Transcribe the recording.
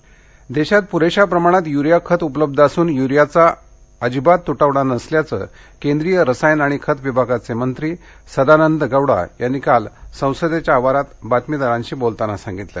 urea देशात पुरेशा प्रमाणात यूरिया खत उपलब्ध असून यूरियाचा अजिबात तूटवडा नसल्याचं केंद्रीय रसायन आणि खतं विभागाचे मंत्री सदानंद गौडा यांनी काल संसदेच्या आवारात पत्रकारांशी बोलताना सांगितलं